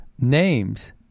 names